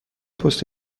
پست